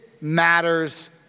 matters